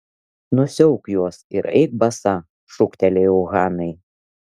nusiauk juos ir eik basa šūktelėjau hanai